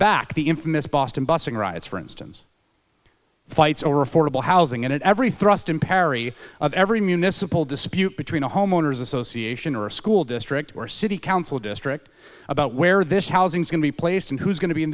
back the infamous boston busing riots for instance fights over affordable housing and in every thrust and parry of every municipal dispute between a homeowner's association or a school district or city council district about where this housing is going to be placed and who's going to be in